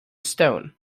stone